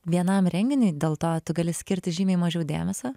vienam renginiui dėl to tu gali skirti žymiai mažiau dėmesio